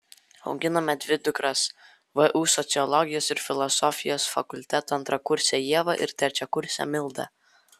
auginame dvi dukras vu sociologijos ir filosofijos fakulteto antrakursę ievą ir trečiakursę mildą